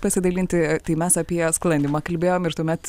pasidalinti tai mes apie sklandymą kalbėjom ir tuomet